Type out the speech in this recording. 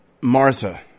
Martha